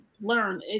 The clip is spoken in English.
learn